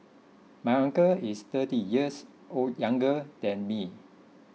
my uncle is thirty years old younger than me